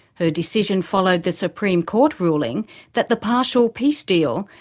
her decision followed the supreme court ruling that the partial peace deal,